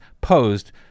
posed